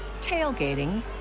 tailgating